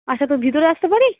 আচ্ছা তো ভিতরে আসতে পারি